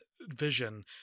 vision